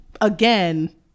again